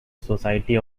society